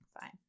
Fine